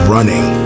Running